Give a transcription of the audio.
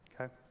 Okay